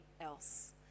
else